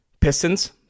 pistons